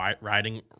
riding